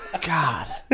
God